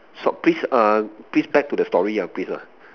so please err please back to the story ah please lah